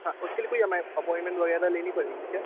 हाँ उसके लिए कोई अप्वाॅइनमेंट वगैरह लेनी पड़ेगी क्या